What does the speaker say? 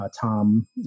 Tom